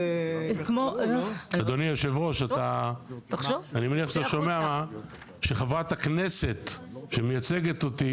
כמו --- אדוני יושב הראש אני מניח שאתה שומע שחברת הכנסת שמייצגת אותי